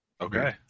Okay